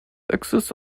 exist